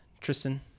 Tristan